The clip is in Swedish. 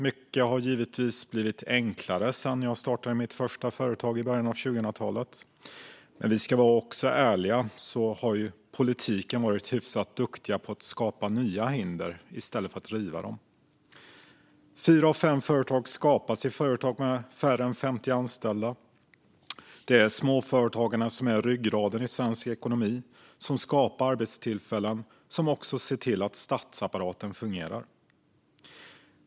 Mycket har givetvis blivit enklare sedan jag startade mitt första företag i början av 2000-talet. Men ska vi vara ärliga har politiken också varit hyfsat duktig på att skapa nya hinder i stället för att riva dem. Fyra av fem arbeten skapas i företag med färre än 50 anställda. Det är småföretagarna som är ryggraden i svensk ekonomi, som skapar arbetstillfällen och som också ser till att statsapparaten fungerar.